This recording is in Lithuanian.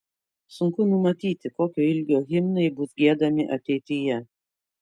sunku numatyti kokio ilgio himnai bus giedami ateityje